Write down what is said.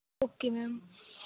okay ma'am